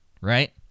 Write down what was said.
right